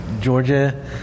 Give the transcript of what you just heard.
Georgia